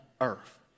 Earth